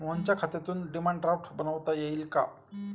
मोहनच्या खात्यातून demand draft बनवता येईल का?